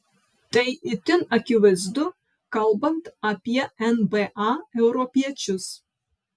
tai itin akivaizdu kalbant apie nba europiečius